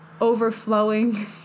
overflowing